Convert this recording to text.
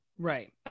Right